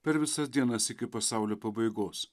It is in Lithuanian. per visas dienas iki pasaulio pabaigos